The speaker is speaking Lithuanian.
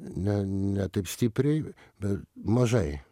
ne ne taip stipriai be mažai